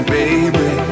baby